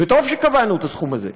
וטוב שקבענו את הסכום הזה.